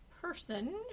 person